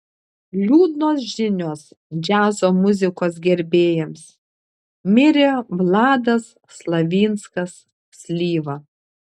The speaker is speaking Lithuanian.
liūdnos žinios džiazo muzikos gerbėjams mirė vladas slavinskas slyva